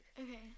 Okay